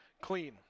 clean